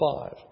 five